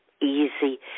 easy